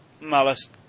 Malice